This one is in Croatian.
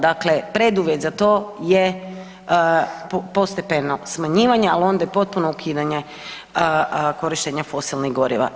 Dakle, preduvjet za to je postepeno smanjivanje ali onda i potpuno ukidanje korištenja fosilnih goriva.